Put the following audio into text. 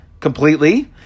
Completely